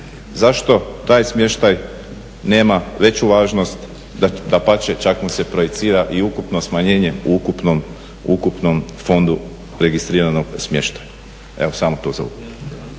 zašto taj smještaj nema veću važnost, dapače čak mu se i projicira i ukupno smanjenje u ukupnom fondu registriranog smještaja? Evo samo to.